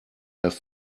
have